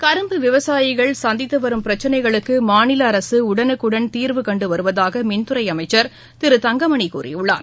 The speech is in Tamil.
கரும்பு விவசாயிகள் சந்தித்து வரும் பிரச்சினைகளுக்கு மாநில அரசு உடனுக்குடன் தீர்வுகண்டு வருவதாக மின்துறை அமைச்சர் திரு தங்கமணி கூறியுள்ளார்